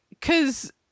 cause